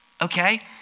Okay